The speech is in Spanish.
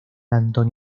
anthony